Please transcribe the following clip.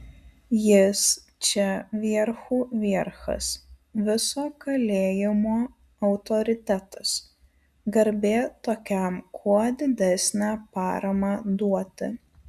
jis čia vierchų vierchas viso kalėjimo autoritetas garbė tokiam kuo didesnę paramą duoti